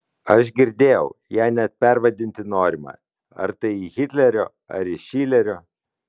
aš girdėjau ją net pervadinti norima ar tai į hitlerio ar į šilerio